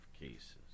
cases